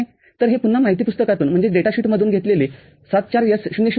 तर हे पुन्हा माहिती पुस्तकातूनमधून घेतलेले ७४S०० आहे